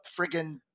friggin